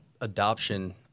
adoption